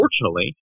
unfortunately